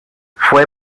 fue